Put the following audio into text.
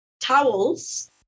towels